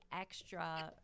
extra